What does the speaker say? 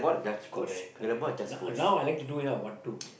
correct correct now now I like to do you know one two